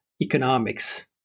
economics